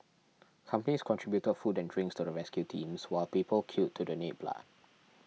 companies contributed food and drinks to the rescue teams while people queued to donate blood